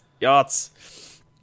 Yachts